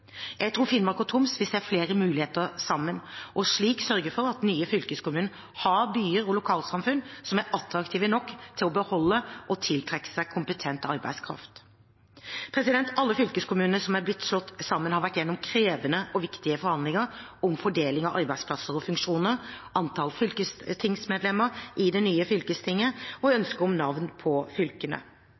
Jeg tror Finnmark og Troms vil se flere muligheter sammen og slik sørge for at den nye fylkeskommunen har byer og lokalsamfunn som er attraktive nok til å beholde og tiltrekke seg kompetent arbeidskraft. Alle fylkeskommunene som er blitt slått sammen, har vært igjennom krevende og viktige forhandlinger om fordeling av arbeidsplasser og funksjoner, antall fylkestingsmedlemmer i det nye fylkestinget og ønsket navn på fylkene.